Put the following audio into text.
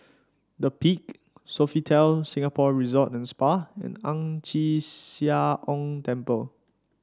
The Peak Sofitel Singapore Resort and Spa and Ang Chee Sia Ong Temple